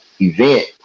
event